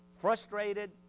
frustrated